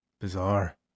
Bizarre